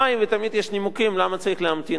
ותמיד יש נימוקים למה צריך להמתין עוד קצת.